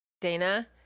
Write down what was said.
Dana